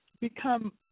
become